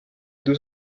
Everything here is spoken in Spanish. tus